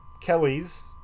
Kelly's